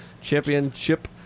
championship